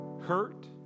hurt